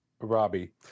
Robbie